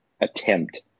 attempt